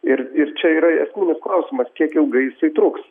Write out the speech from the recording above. ir ir čia yra esminis klausimas kiek ilgai jisai truks